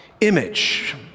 image